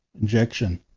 injection